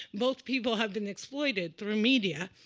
both people have been exploited through media.